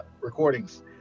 recordings